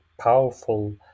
powerful